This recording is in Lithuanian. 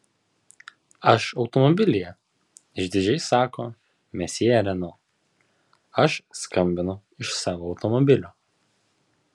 aš automobilyje išdidžiai sako mesjė reno aš skambinu iš savo automobilio